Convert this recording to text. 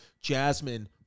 Jasmine